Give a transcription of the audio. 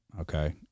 Okay